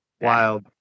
wild